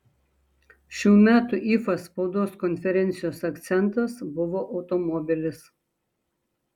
šių metų ifa spaudos konferencijos akcentas buvo automobilis